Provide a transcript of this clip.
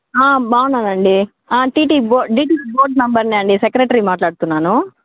బాగున్నానండి TT board TTD board మెంబర్నే అండి సెక్రెటరీ మాట్లాడుతున్నాను